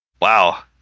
Wow